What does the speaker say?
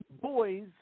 boys